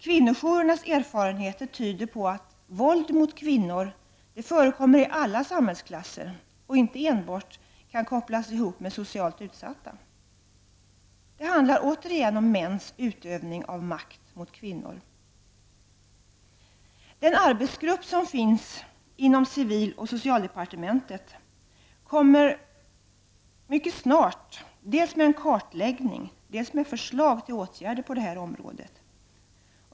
Kvinnojourernas erfarenheter tyder på att våld mot kvinnor förekommer i alla samhällsklasser. Det kan alltså inte kopplas enbart till socialt utsatta. Återigen handlar det om mäns utövande av makt gentemot kvinnor. Den arbetsgrupp som består representanter för inom civildepartementet och socialdepartementet kommer mycket snart dels med en kartläggning, dels med förslag till åtgärder på det här området.